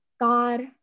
God